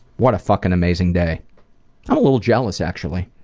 what a fucking amazing day. i'm a little jealous, actually.